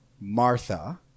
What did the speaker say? Martha